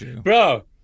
bro